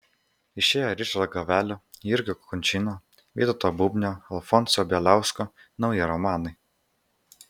išėjo ričardo gavelio jurgio kunčino vytauto bubnio alfonso bieliausko nauji romanai